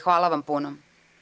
Hvala vam puno.